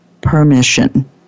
permission